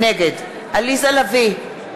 נגד עליזה לביא,